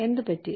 എന്തുപറ്റി